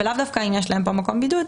ולאו דווקא אם יש להם פה מקום בידוד,